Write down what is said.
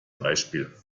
beispiel